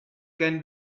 can